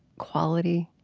quality